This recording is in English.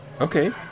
okay